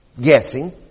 guessing